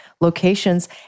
locations